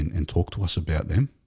and talk to us about them,